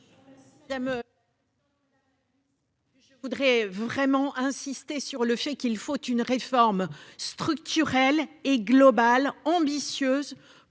Je voudrais vraiment insister sur le fait qu'il faut une réforme structurelle et globale, ambitieuse